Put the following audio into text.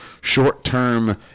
short-term